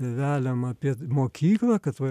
tėveliam apie mokyklą kad va